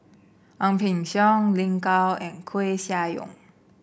Ang Peng Siong Lin Gao and Koeh Sia Yong